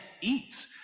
eat